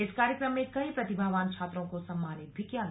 इस कार्यक्रम में कई प्रतिभावान छात्रों को सम्मानित भी किया गया